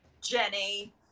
Jenny